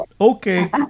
okay